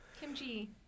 Kimchi